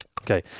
Okay